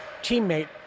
teammate